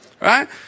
Right